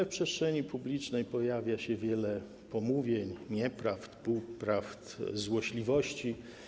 W przestrzeni publicznej pojawia się wiele pomówień, nieprawd, półprawd, złośliwości.